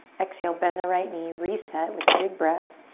exhale, bend the right knee. reset with a big breath.